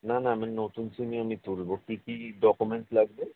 না না আমি নতুন সিমই আমি তুলব কী কী ডকুমেন্টস লাগবে